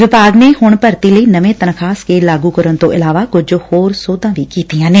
ਵਿਭਾਗ ਨੇ ਹੁਣ ਭਰਤੀ ਲਈ ਨਵੇਂ ਤਨਖਾਹ ਸਕੇਲ ਲਾਗੁ ਕਰਨ ਤੋਂ ਇਲਾਵਾ ਕੁਝ ਹੋਰ ਸੋਧਾ ਕੀਤੀਆਂ ਨੇ